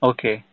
Okay